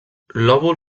lòbul